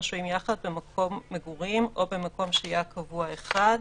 השוהים יחד במקום מגורים או מקום שהייה קבוע אחד.